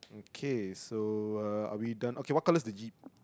K so uh are we done okay what colours the jeep